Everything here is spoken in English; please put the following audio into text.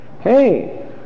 Hey